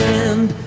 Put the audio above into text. end